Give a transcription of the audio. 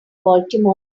baltimore